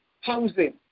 housing